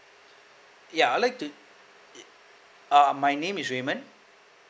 ya I'd like to uh my name is raymond